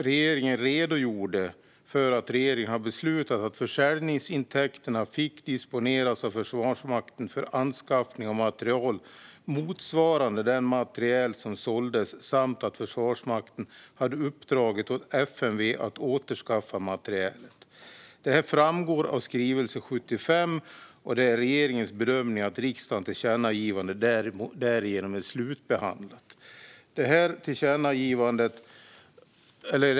Regeringen redogjorde för att regeringen hade beslutat att försäljningsintäkterna fick disponeras av Försvarsmakten för anskaffning av materiel motsvarande den materiel som såldes samt att Försvarsmakten hade uppdragit åt FMV att återskaffa materiel. Detta framgår av skrivelse 75, och det är regeringens bedömning att riksdagens tillkännagivande därigenom är slutbehandlat.